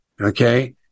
okay